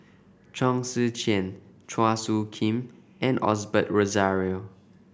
Chong Tze Chien Chua Soo Khim and Osbert Rozario